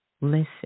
Listen